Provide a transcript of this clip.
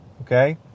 okay